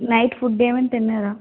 night food ఏమైనా తిన్నారా